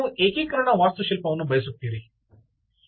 ನೀವು ಏಕೀಕರಣ ವಾಸ್ತುಶಿಲ್ಪವನ್ನು ಬಯಸುತ್ತೀರಿ